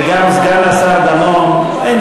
וגם סגן השר דנון, אין